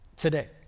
today